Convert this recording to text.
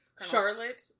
Charlotte